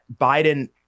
Biden